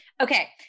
Okay